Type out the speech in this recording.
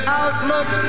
outlook